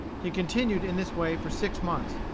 he continued in this way for six months.